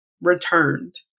returned